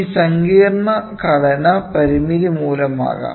ഈ സങ്കീർണ്ണ ഘടന പരിമിതി മൂലമാകാം